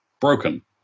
broken